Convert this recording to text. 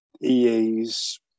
EA's